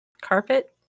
Carpet